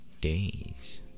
days